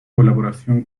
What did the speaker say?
colaboración